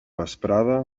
vesprada